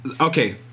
Okay